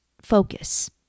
focus